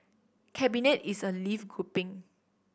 cabinet is a live grouping